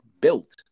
built